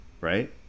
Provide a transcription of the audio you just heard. right